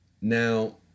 Now